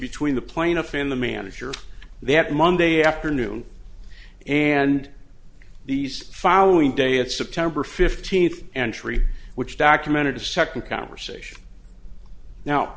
between the plaintiff in the manager they had monday afternoon and these following day of september fifteenth entry which documented a second conversation now